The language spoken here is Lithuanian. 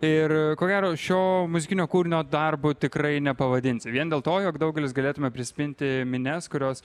ir ko gero šio muzikinio kūrinio darbu tikrai nepavadinsi vien dėl to jog daugelis galėtume prisiminti minias kurios